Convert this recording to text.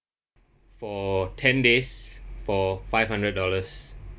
for ten days for five hundred dollars